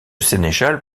sénéchal